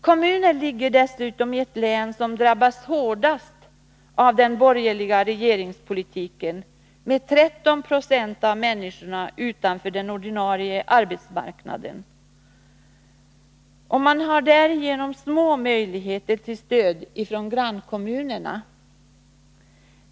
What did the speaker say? Kommunen ligger dessutom i ett län som drabbats hårdast av den borgerliga regeringspolitiken, med 13 Zo av människorna utanför den ordinarie arbetsmarknaden, och man har därigenom små möjligheter till stöd ifrån grannkommunerna.